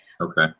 okay